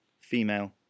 female